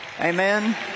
Amen